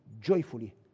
joyfully